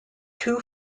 two